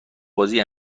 بازی